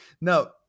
Now